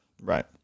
Right